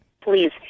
Please